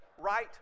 right